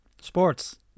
Sports